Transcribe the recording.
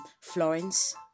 florence